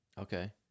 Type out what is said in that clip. Okay